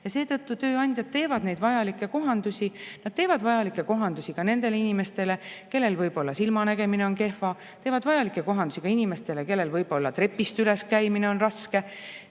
ja seetõttu tööandjad teevad neid vajalikke kohandusi. Nad teevad vajalikke kohandusi ka nendele inimestele, kellel võib-olla silmanägemine on kehva, teevad vajalikke kohandusi inimestele, kellel võib-olla trepist üles käimine on raske,